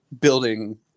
building